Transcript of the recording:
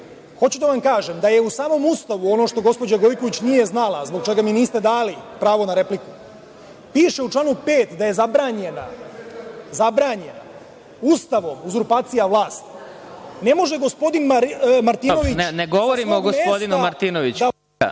da vam kažem da je u samom Ustavu, ono što gospođa Gojković nije znala, zbog čega mi niste dali pravo na repliku, piše u članu 5. da je zabranjena Ustavom uzurpacija vlasti. Ne može gospodin Martinović sa svog mesta … **Vladimir Marinković**